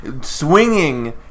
Swinging